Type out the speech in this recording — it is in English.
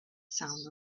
sound